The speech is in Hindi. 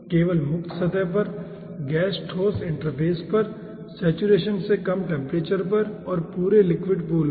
केवल मुक्त सतह पर गैस ठोस इंटरफ़ेस पर सैचुरेशन से कम टेम्परेचर पर और पूरे लिक्विड पूल में